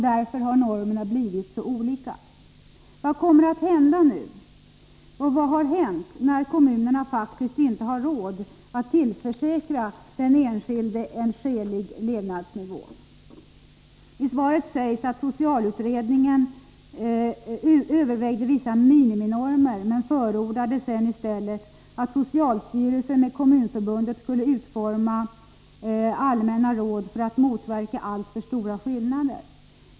Därför har normerna blivit så olika. Vad kommer att hända nu? Och vad har hänt när kommunerna faktiskt inte har råd att tillförsäkra den enskilde en skälig levnadsnivå? I svaret sägs att socialutredningen övervägde vissa miniminormer men sedan i stället förordade att socialstyrelsen tillsammans med Kommunförbundet skulle utforma allmänna råd för att motverka alltför stora skillnader.